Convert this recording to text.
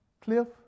Cliff